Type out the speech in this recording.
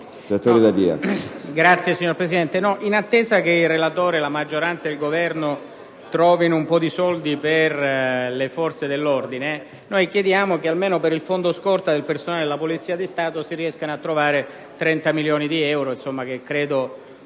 Signor Presidente, in attesa che il relatore, la maggioranza e il Governo trovino un po' di soldi per le forze dell'ordine, noi chiediamo che almeno per il Fondo scorta del personale della Polizia di Stato si riescano a trovare 30 milioni di euro, che credo